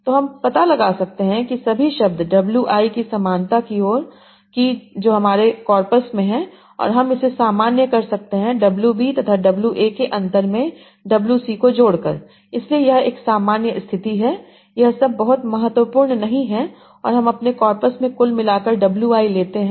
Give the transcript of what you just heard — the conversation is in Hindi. तो हम पता लगा सकते हैं सभी शब्द डब्लू आई की समानता की जो हमारे कॉरपस में है और हम इसे सामान्य कर सकते हैं डब्लू बी तथा डब्लू ए के अंतर में डब्लू सी जोड़करइसलिए यह एक सामान्य स्थिति है यह सब बहुत महत्वपूर्ण नहीं है और हम अपने कॉर्पस में कुल मिलाकर w i लेते हैं